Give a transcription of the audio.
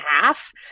half